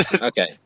okay